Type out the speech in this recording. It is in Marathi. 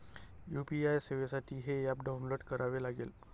यू.पी.आय सेवेसाठी हे ऍप डाऊनलोड करावे लागेल